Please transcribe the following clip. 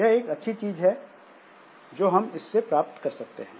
यह एक अच्छी चीज है जो हम इस से प्राप्त कर सकते हैं